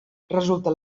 resulta